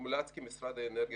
מומלץ כי משרד האנרגיה,